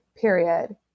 period